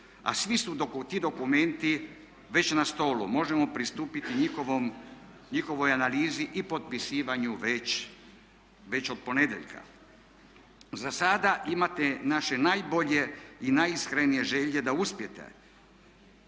a svi su ti dokumenti već na stolu. Možemo pristupiti njihovoj analizi i potpisivanju već od ponedjeljka. Zasada imate naše najbolje i najiskrenije želje da uspijete